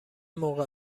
موقع